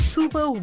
Super